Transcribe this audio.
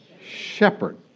shepherd